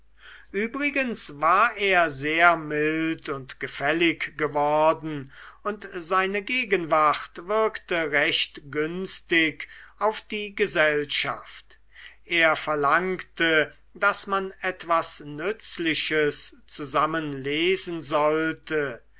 übrigens war er sehr mild und gefällig geworden und seine gegenwart wirkte recht günstig auf die gesellschaft er verlangte daß man etwas nützliches zusammen lesen sollte